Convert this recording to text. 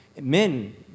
men